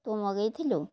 ତୁ ମଗେଇଥିଲୁ